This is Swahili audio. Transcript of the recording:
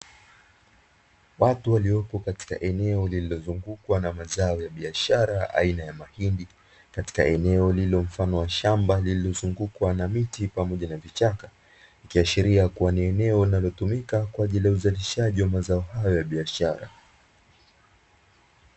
Watu waliopo katika eneo lililozungukwa na mazao ya biashara aina ya mahindi, katika eneo lililo mfano wa shamba lililozungukwa na miti pamoja na vichaka, ikiashiria kua ni eneo linalotumika kwaajili ya uzalishaji wa mazao hayo ya biashara.